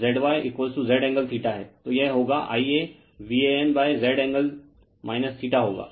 तो यह होगा Ia VANZ एंगल होगा